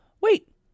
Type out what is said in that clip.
Wait